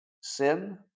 Sin